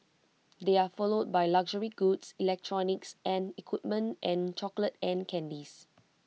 they are followed by luxury goods electronics and equipment and chocolates and candies